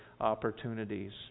opportunities